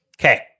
Okay